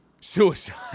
Suicide